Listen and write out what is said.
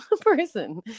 person